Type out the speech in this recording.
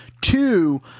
Two